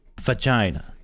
vagina